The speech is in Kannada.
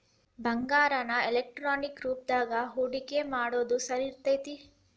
ಬಂಗಾರಾನ ಎಲೆಕ್ಟ್ರಾನಿಕ್ ರೂಪದಾಗ ಹೂಡಿಕಿ ಮಾಡೊದ್ ಸರಿ ಇರ್ತೆತಿ